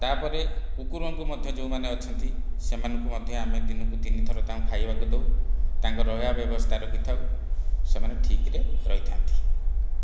ତା'ପରେ କୁକୁରଙ୍କୁ ମଧ୍ୟ ଯେଉଁମାନେ ଅଛନ୍ତି ସେମାନଙ୍କୁ ମଧ୍ୟ ଆମେ ଦିନକୁ ତିନିଥର ତାଙ୍କୁ ଖାଇବାକୁ ଦେଉ ତାଙ୍କର ରହିବା ବ୍ୟବସ୍ଥା ରଖିଥାଉ ସେମାନେ ଠିକରେ ରହିଥାନ୍ତି